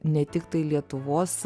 ne tiktai lietuvos